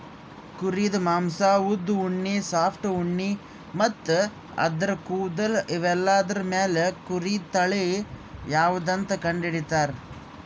ಕುರಿದ್ ಮಾಂಸಾ ಉದ್ದ್ ಉಣ್ಣಿ ಸಾಫ್ಟ್ ಉಣ್ಣಿ ಮತ್ತ್ ಆದ್ರ ಕೂದಲ್ ಇವೆಲ್ಲಾದ್ರ್ ಮ್ಯಾಲ್ ಕುರಿ ತಳಿ ಯಾವದಂತ್ ಕಂಡಹಿಡಿತರ್